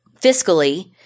fiscally